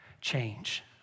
change